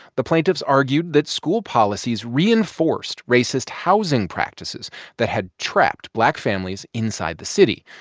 the plaintiffs argued that school policies reinforced racist housing practices that had trapped black families inside the city.